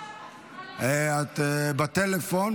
את בטלפון,